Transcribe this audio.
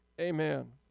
Amen